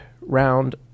round